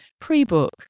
pre-book